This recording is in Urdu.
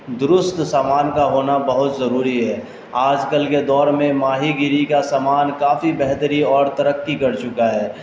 درست سامان کا ہونا بہت ضروری ہے آج کل کے دور میں ماہی گیری کا سامان کافی بہتری اور ترقی کر چکا ہے